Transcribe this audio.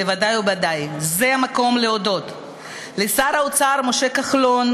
בוודאי ובוודאי שזה המקום להודות לשר האוצר משה כחלון